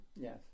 Yes